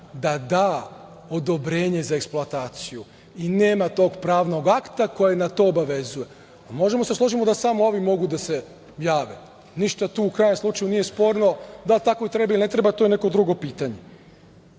da da odobrenje za eksploataciju i nema tog pravnog akta koje na to obavezuje. Možemo da se složimo da samo ovi mogu da se jave. Ništa tu, u krajnjem slučaju, nije sporno. Da li tako treba ili ne treba, to je neko drugo